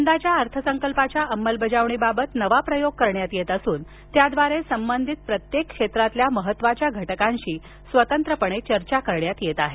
यंदाच्या अर्थसंकल्पाच्या अंमलबजावणीबाबत नवा प्रयोग करण्यात येत असून त्याद्वारे संबंधित प्रत्येक क्षेत्रातील महत्त्वाच्या घटकांशी स्वतंत्रपणे चर्चा करण्यात येत आहे